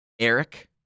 Eric